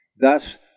Thus